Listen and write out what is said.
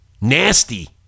Nasty